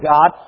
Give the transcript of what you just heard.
God